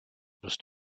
must